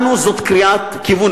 לנו זאת קריאת כיוון,